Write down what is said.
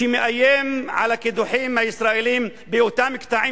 שמאיים על הקידוחים הישראליים באותם קטעים